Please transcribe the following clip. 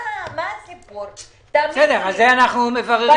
את זה אנחנו מבררים.